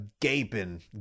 gaping